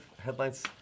headlines